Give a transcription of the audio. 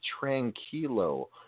tranquilo